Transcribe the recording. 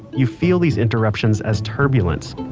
you feel these interruptions as turbulence.